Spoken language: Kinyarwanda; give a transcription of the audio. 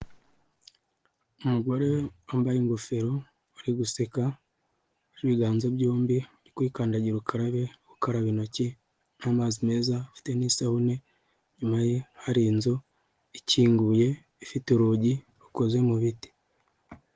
Umugore wambaye ingofero uri guseka ibiganza byombi kwikandagira ukarabe ukaraba intoki n'amazi meza afite n'isabune inyuma ye hari inzu ikinguye ifite urugi rukoze mu biti.